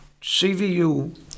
CVU